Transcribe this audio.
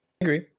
Agree